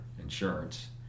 insurance